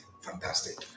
fantastic